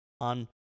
on